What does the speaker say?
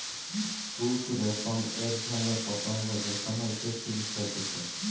তুত রেশম এক ধরণের পতঙ্গ যেখান হইতে সিল্ক হতিছে